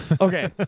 Okay